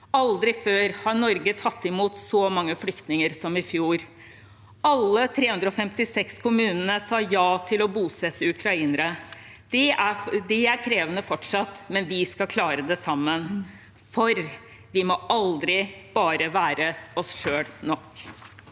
Aldri før har Norge tatt imot så mange flyktninger som i fjor. Alle 356 kommuner sa ja til å bosette ukrainere. Det er fortsatt krevende, men vi skal klare det sammen – for vi må aldri bare være oss selv nok.